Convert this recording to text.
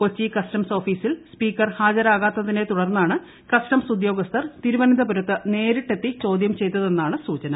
Kochi customs ഓഫീസിൽ speaker ഹാജരാകത്തിനെ തുടർന്നാണ് കസ്റ്റംസ് ഉദ്യോഗസ്ഥർ സ്പീക്കറെ തിരുവനന്തപുരത്തെത്തി ചോദ്യം ചെയ്തതെന്നാണ് സൂചന